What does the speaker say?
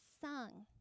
sung